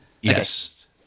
Yes